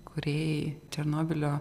kūrėjai černobylio